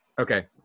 Okay